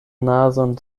nazon